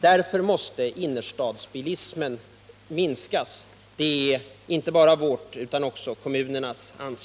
Därför måste innerstadsbilismen minskas. Ansvaret för att så sker är inte bara vårt utan också kommunernas.